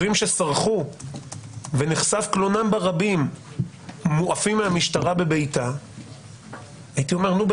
ששוטרים שסרחו ונחשף קלונם ברבים מועפים מהמשטרה בבעיטה הייתי אומר: נו,